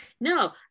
No